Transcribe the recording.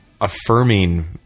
affirming